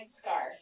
scarf